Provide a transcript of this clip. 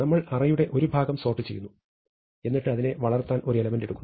നമ്മൾ അറേയുടെ ഒരു ഭാഗം സോർട്ട് ചെയ്യുന്നു എന്നിട്ട് അതിനെ വളർത്താൻ ഒരു എലെമെന്റ് ചേർക്കുന്നു